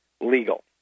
legal